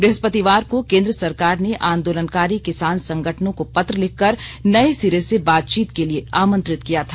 ब्रहस्पतिवार को केन्द्र सरकार ने आंदोलनकारी किसान संगठनों को पत्र लिखकर नये सिरे से बातचीत के लिए आमंत्रित किया था